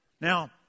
Now